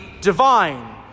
divine